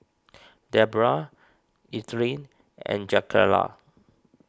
Deborah Ethelyn and Jakayla